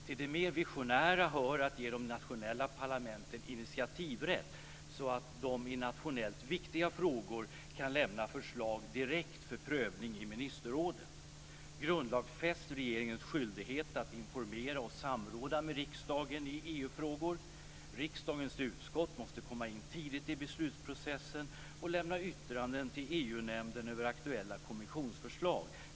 Till det mer visionära hör att ge de nationella parlamenten initiativrätt, så att de i nationellt viktiga frågor kan lämna förslag direkt för prövning i ministerrådet. Riksdagens utskott måste komma in tidigt i beslutsprocessen och lämna yttranden till EU-nämnden över aktuella kommissionsförslag.